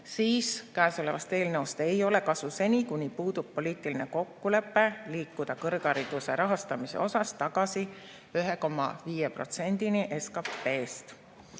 siis sellest eelnõust ei ole kasu seni, kuni puudub poliitiline kokkulepe liikuda kõrghariduse rahastamisel tagasi 1,5%-ni SKP-st.